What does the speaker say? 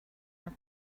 her